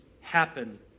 happen